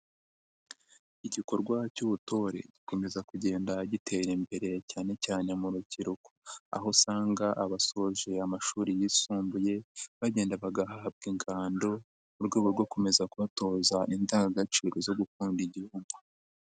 Igikorwa cy'ubutore gikomeza kugenda gitera imbere cyane cyane mu rubyiruko. Aho usanga abasoje amashuri yisumbuye, bagenda bagahabwa ingando, mu rwego rwo gukomeza kubatoza indangagaciro zo gukunda igihugu.